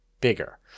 bigger